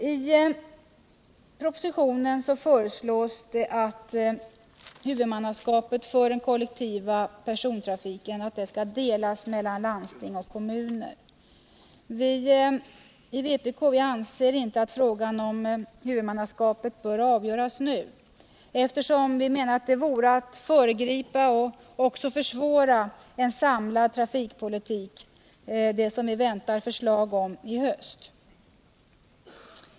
I propositionen föreslås att huvudmannaskapet för den kollektiva persontrafiken skall delas mellan landsting och kommuner. Vpk anser inte att frågan om huvudmannaskapet bör avgöras nu, eftersom det vore att föregripa och försvåra en samlad trafikpolitik, som vi väntar förslag om i höst.